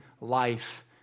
life